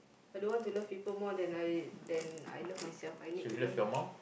I don't want to love people more than I than I love myself I need to love myself